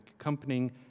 accompanying